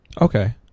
Okay